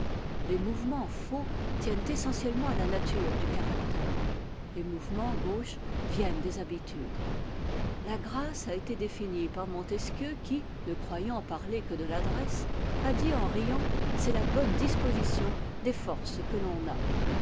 les mouvements faux tiennent essentiellement à la nature du caractère les mouvements gauches viennent des habitudes la grâce a été définie par montesquieu qui ne croyant parler que de l'adresse a dit en riant c'est la bonne disposition des forces que l'on a